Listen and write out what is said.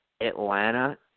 Atlanta –